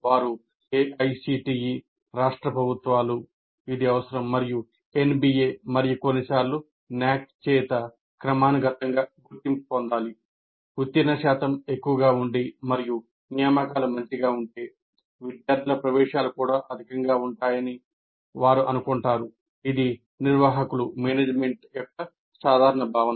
వారు AICTE రాష్ట్ర ప్రభుత్వాలు యొక్క సాధారణ భావన